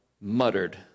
muttered